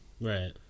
Right